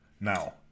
Now